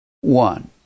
One